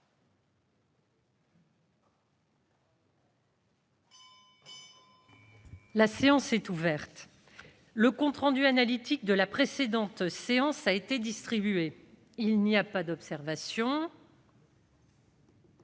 La séance est ouverte. Le compte rendu analytique de la précédente séance a été distribué. Il n'y a pas d'observation ?